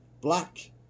Black